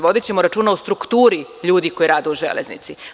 Vodićemo računa o strukturi ljudi koji rade u železnici.